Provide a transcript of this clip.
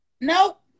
nope